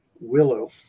Willow